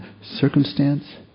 circumstance